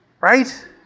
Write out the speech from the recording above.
Right